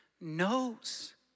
knows